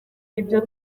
ibyo